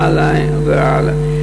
והלאה והלאה והלאה והלאה.